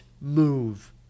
move